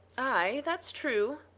ay, that's true.